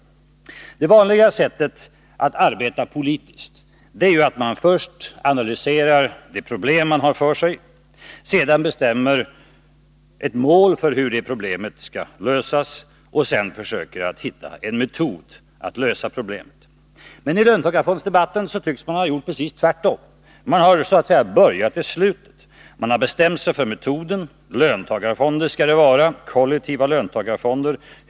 Det vanliga sättet att arbeta politiskt är att man först analyserar det problem som man har framför sig, sedan bestämmer ett mål för hur det skall lösas och därefter försöker hitta en metod för att lösa problemet. Men i löntagarfondsdebatten tycks man ha gjort precis tvärtom; man har så att säga börjat i slutet. Man har bestämt sig för metoden: löntagarfonder skall det vara, kollektiva löntagarfonder.